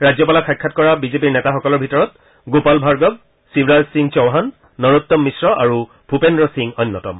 ৰাজ্যপালক সাক্ষাৎ কৰা বিজেপিৰ নেতাসকলৰ ভিতৰত গোপাল ভাৰ্গৱ শিৱৰাজসিং চৌহান নৰোত্তম মিশ্ৰ আৰু ভূপেদ্ৰ সিং অন্যতম